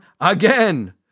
again